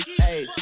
Hey